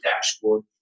dashboard